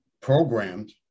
programmed